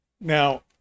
Now